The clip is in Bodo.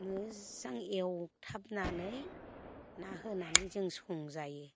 मोजां एवथाबनानै ना होनानै जों संजायो